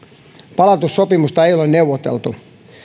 palautussopimusta ei ole neuvoteltu suomi